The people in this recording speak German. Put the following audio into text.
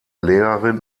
lehrerin